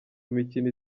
imikino